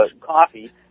coffee